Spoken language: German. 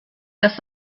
das